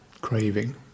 craving